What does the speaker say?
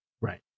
Right